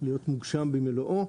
מוגשם במלואו.